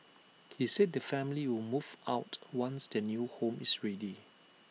he said the family will move out once their new home is ready